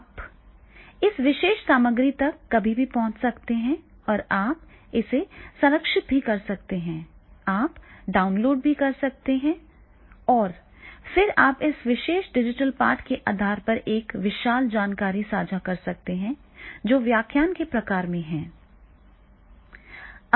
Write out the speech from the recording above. आप इस विशेष सामग्री तक कभी भी पहुंच सकते हैं और आप इसे संरक्षित भी कर सकते हैं आप डाउनलोड कर सकते हैं और फिर आप इस विशेष डिजिटल पाठ के आधार पर एक विशाल जानकारी साझा कर सकते हैं जो व्याख्यान के प्रकार में है